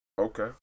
okay